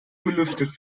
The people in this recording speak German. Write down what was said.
belüftet